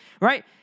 right